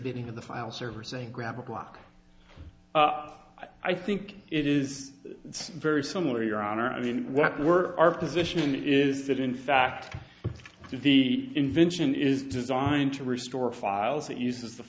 bidding of the file server saying grab a block i think it is very similar your honor i mean what were our position is that in fact the invention is designed to restore files that uses the